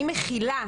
שהיא מכילה,